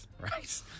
right